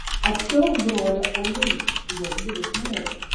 apsiauk brolio auliniais jo didelis numeris